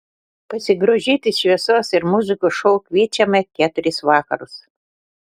pasigrožėti šviesos ir muzikos šou kviečiama keturis vakarus